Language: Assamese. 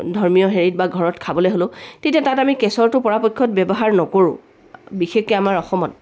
ধৰ্মীয় হেৰিত বা ঘৰত খাবলৈ হ'লেও তেতিয়া তাত আমি কেশৰটো পৰাপক্ষত ব্যৱহাৰ নকৰোঁ বিশেষকৈ আমাৰ অসমত